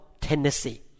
Tennessee